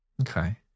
Okay